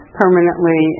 permanently